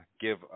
give